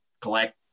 collect